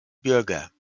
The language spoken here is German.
bürger